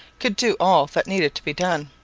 could do all that needed to be done.